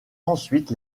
ensuite